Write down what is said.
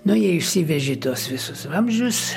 nu jie išsivežė tuos visus vamzdžius